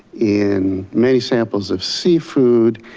in many samples of seafood,